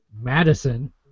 Madison